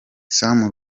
sam